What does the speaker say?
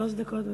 שלוש דקות.